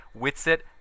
Witsit